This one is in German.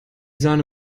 sahne